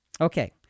Okay